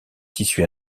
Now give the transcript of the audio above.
tissu